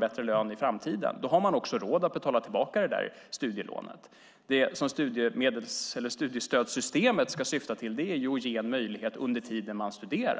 bättre lön i framtiden. Då har man råd att betala tillbaka studielånet. Studiestödssystemet ska syfta till att ge en möjlighet under studietiden.